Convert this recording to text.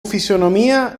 fisonomía